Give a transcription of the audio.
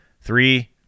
three